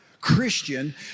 Christian